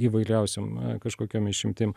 įvairiausiom kažkokiom išimtim